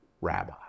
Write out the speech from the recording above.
rabbi